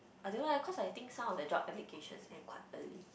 I don't eh cause I think some of the job applications then quite early